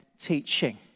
teaching